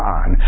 on